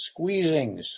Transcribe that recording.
squeezings